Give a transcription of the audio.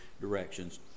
directions